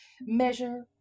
measure